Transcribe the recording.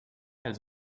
els